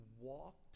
walked